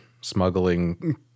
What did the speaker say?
smuggling